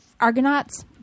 Argonauts